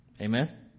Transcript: Amen